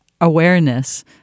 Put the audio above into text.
awareness